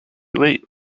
late